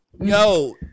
Yo